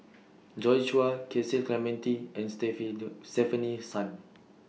Joi Chua Cecil Clementi and Stefanie Sun